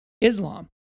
Islam